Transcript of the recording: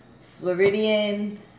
Floridian